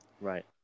Right